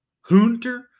hunter